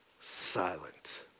silent